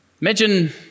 Imagine